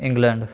England